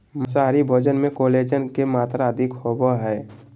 माँसाहारी भोजन मे कोलेजन के मात्र अधिक होवो हय